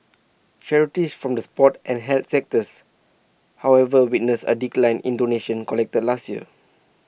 charities from the sports and health sectors however witnessed A decline in donations collected last year